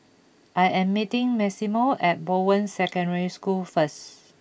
I am meeting Maximo at Bowen Secondary School first